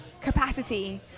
capacity